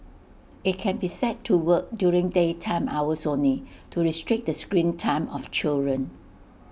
IT can be set to work during daytime hours only to restrict the screen time of children